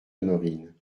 honorine